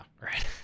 right